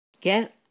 Get